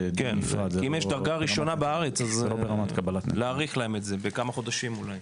אם יש דרגה ראשונה בארץ אז אולי להאריך להם את זה בכמה חודשים.